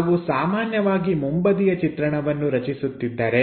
ನಾವು ಸಾಮಾನ್ಯವಾಗಿ ಮುಂಬದಿಯ ಚಿತ್ರಣವನ್ನು ರಚಿಸುತ್ತಿದ್ದರೆ